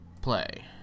play